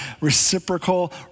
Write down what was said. reciprocal